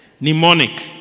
Mnemonic